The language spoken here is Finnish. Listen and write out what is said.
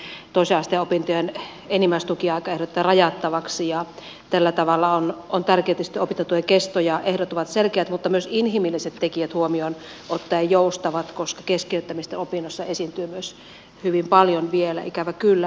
toisen asteen opintojen enimmäistukiaikaa ehdotetaan rajattavaksi ja tällä tavalla on tärkeää tietysti opintotuen kesto ja se että ehdot ovat selkeät mutta myös inhimilliset tekijät huomioon ottaen joustavat koska keskeyttämistä opinnoissa esiintyy myös hyvin paljon vielä ikävä kyllä